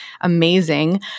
amazing